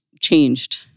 changed